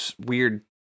weird